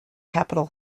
capitol